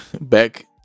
back